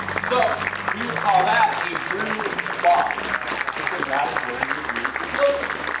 so we would call that a brood box because that is where your brood is located.